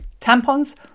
Tampons